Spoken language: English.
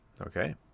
Okay